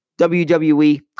WWE